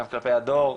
גם כלפי הדור,